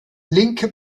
linke